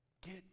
Get